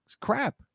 crap